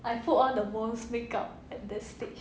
I put on the most make up at that stage